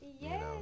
Yes